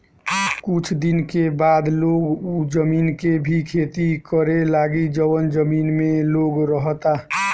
कुछ दिन के बाद लोग उ जमीन के भी खेती करे लागी जवन जमीन में लोग रहता